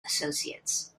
associates